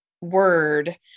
word